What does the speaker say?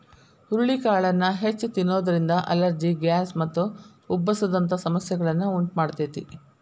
ಹುರಳಿಕಾಳನ್ನ ಹೆಚ್ಚ್ ತಿನ್ನೋದ್ರಿಂದ allergy, gas ಮತ್ತು ಉಬ್ಬಸ ದಂತ ಸಮಸ್ಯೆಗಳನ್ನ ಉಂಟಮಾಡ್ತೇತಿ